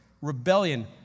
rebellion